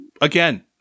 Again